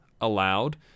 allowed